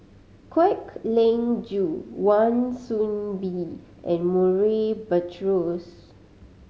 Kwek Leng Joo Wan Soon Bee and Murray Buttrose